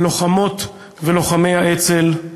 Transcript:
לוחמות ולוחמי האצ"ל,